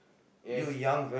yes